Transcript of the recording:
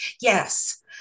Yes